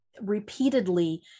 repeatedly